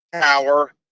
power